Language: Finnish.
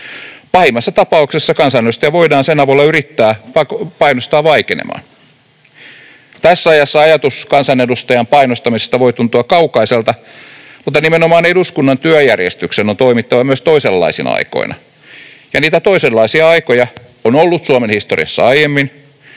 Pahimmassa tapauksessa kansanedustajaa voidaan sen avulla yrittää painostaa vaikenemaan. Tässä ajassa ajatus kansanedustajan painostamisesta voi tuntua kaukaiselta, mutta nimenomaan eduskunnan työjärjestyksen on toimittava myös toisenlaisina aikoina. Niitä toisenlaisia aikoja on ollut Suomen historiassa aiemmin,